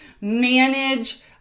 manage